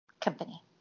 Company